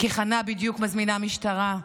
כי חנה בדיוק מזמינה משטרה.